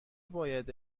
باید